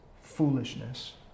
foolishness